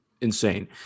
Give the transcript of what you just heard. insane